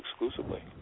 exclusively